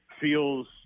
feels